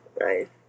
right